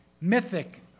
mythic